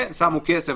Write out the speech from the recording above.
שמו כסף.